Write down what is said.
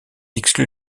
exclu